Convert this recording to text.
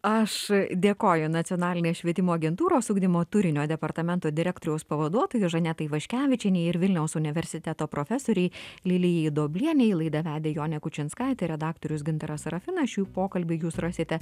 aš dėkoju nacionalinės švietimo agentūros ugdymo turinio departamento direktoriaus pavaduotojai žanetai vaškevičienei ir vilniaus universiteto profesorei lilijai duoblienei laidą vedė jonė kučinskaitė redaktorius gintaras serafinas šį pokalbį jūs rasite